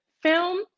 film